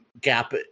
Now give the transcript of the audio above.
gap